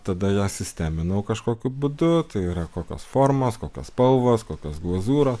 tada jas sisteminau kažkokiu būdu tai yra kokios formos kokios spalvos kokios glazūros